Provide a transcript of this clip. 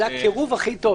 זה הקירוב הכי טוב.